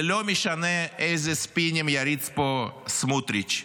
זה לא משנה איזה ספינים יריץ פה סמוטריץ'.